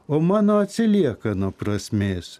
o mano atsilieka nuo prasmės